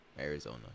Arizona